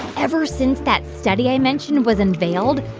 ever since that study i mentioned was unveiled,